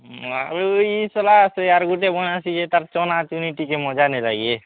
ଆମେ ବି ସଲା ସେ ଆର୍ ଗୋଟେ ଗୁଣା ଅଛି ଯେ ତାର୍ ଚଣା ଚୁଣି ଟିକେ ମଜା ନାଇ ଲାଗେ ଇଏ